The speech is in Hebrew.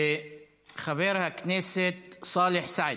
חבר הכנסת סאלח סעד.